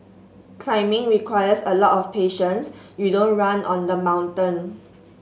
climbing requires a lot of patience you don't run on the mountain